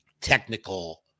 technical